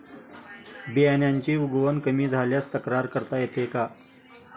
बियाण्यांची उगवण कमी झाल्यास तक्रार करता येते का?